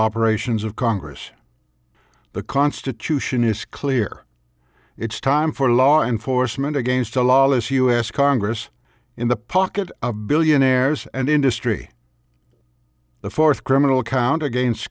operations of congress the constitution is clear it's time for law enforcement against a lawless us congress in the pocket of billionaires and industry the fourth criminal count against